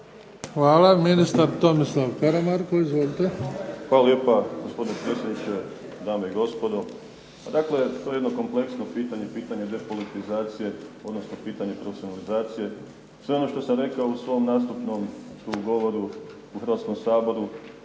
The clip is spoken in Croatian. Hvala. Ministar Tomislav Karamarko, izvolite. **Karamarko, Tomislav** Hvala lijepa, gospodine predsjedniče. Dame i gospodo. Pa dakle, to je jedno kompleksno pitanje, pitanje depolitizacije, odnosno pitanje profesionalizacije. Sve ono što sam rekao u svom nastupnom govoru u Hrvatskom saboru,